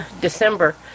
December